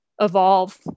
evolve